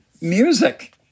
music